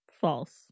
False